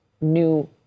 new